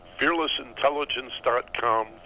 fearlessintelligence.com